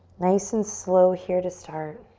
nice and slow here to start.